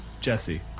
Jesse